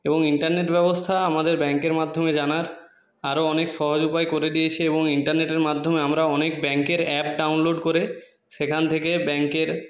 এবং ইন্টারনেট ব্যবস্থা আমাদের ব্যাংকের মাধ্যমে জানার আরও অনেক সহজ উপায় করে দিয়েছে এবং ইন্টারনেটের মাধ্যমে আমরা অনেক ব্যাংকের অ্যাপ ডাউনলোড করে সেখান থেকে ব্যাংকের